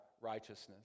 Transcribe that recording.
righteousness